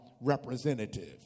representative